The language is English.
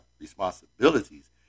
responsibilities